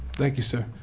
thank you, sir.